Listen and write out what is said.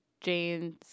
Jane's